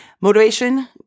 motivation